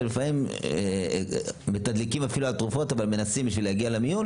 ולפעמים מתדלקים בתרופות ומנסים להגיע למיון.